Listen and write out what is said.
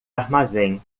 armazém